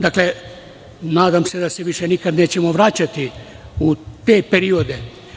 Dakle, nadam se da se nikada više nećemo vraćati u te periode.